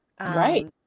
Right